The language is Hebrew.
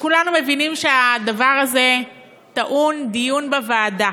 וכולנו מבינים שהדבר הזה טעון דיון בוועדה